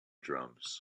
drums